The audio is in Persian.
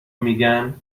میگن